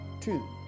two